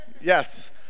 yes